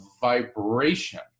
vibration